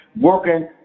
working